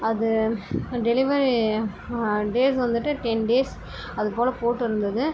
அது delivery days வந்துவிட்டு ten days அது போல போட்டுருந்துது